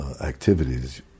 activities